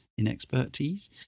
inexpertise